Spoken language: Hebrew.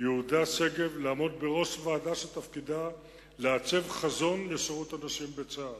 יהודה שגב לעמוד בראש ועדה שתפקידה לעצב חזון בשירות הנשים בצה"ל.